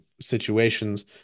situations